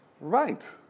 right